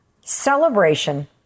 celebration